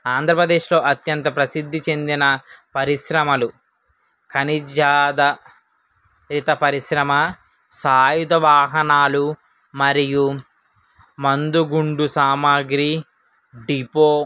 ఆంధ్రప్రదేశ్లో అత్యంత ప్రసిద్ధి చెందిన పరిశ్రమలు ఖనిజదహిత పరిశ్రమ సాయుధ వాహనాలు మరియు మందుగుండు సామాగ్రి డిపో